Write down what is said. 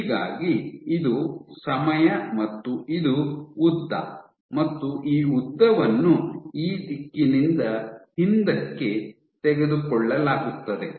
ಹೀಗಾಗಿ ಇದು ಸಮಯ ಮತ್ತು ಇದು ಉದ್ದ ಮತ್ತು ಈ ಉದ್ದವನ್ನು ಈ ದಿಕ್ಕಿನಿಂದ ಹಿಂದಕ್ಕೆ ತೆಗೆದುಕೊಳ್ಳಲಾಗುತ್ತದೆ